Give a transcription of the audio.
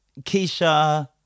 Keisha